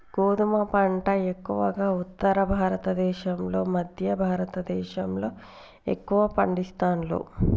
గోధుమ పంట ఎక్కువగా ఉత్తర భారత దేశం లో మధ్య భారత దేశం లో ఎక్కువ పండిస్తాండ్లు